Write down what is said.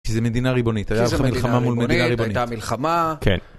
שזה מדינה ריבונית, הייתה לך מלחמה מול מדינה ריבונית. זה הייתה מלחמה. כן.